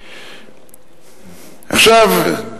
עכשיו,